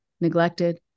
neglected